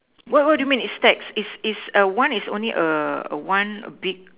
what what do you mean it stacks is is a one is only err one big